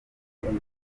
inkuru